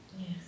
Yes